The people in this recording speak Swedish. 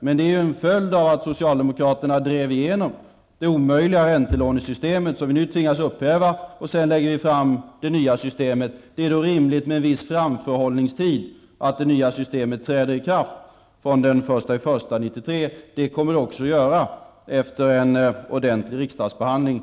Men det är en följd av att socialdemokraterna drev igenom det omöjliga räntelånesystemet som vi nu tvingas upphäva. Sedan lägger vi fram det nya systemet. Det är då rimligt med en viss framförhållningstid, och att det nya systemet träder i kraft från den 1 januari 1993. Det kommer det också att göra efter en ordentlig riksdagsbehandling.